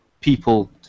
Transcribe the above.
people